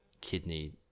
kidney